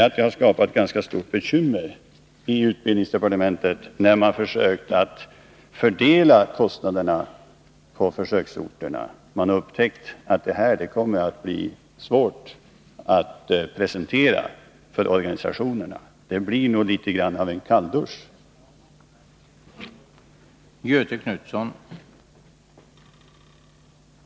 Det har uppstått ganska stora bekymmer i utbildningsdepartementet, när man har försökt fördela kostnaderna på försöksorterna. Man har upptäckt att det blir svårt att presentera detta förslag för organisationerna. Det blir nog litet av en kalldusch för dem.